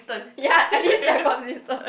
ya at least they are consistent